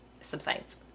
subsides